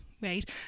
right